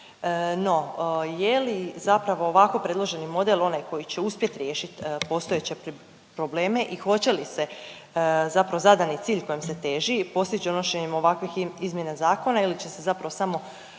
No je li zapravo ovako predloženi model onaj koji će uspjet riješit postojeće probleme i hoće li se zapravo zadani cilj kojim se teži postić donošenjem ovakvih izmjena zakona ili će se zapravo samo otežati